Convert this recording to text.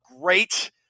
Great